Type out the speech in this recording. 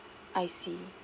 I see